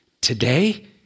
today